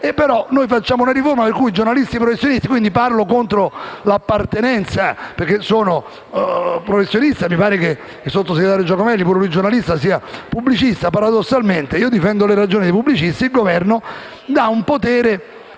noi facciamo una riforma per cui i giornalisti professionisti... Parlo contro la mia appartenenza, perché sono un professionista, mentre mi pare che il sottosegretario Giacomelli, pure lui giornalista, sia pubblicista. Paradossalmente, io difendo le ragioni dei pubblicisti, mentre il Governo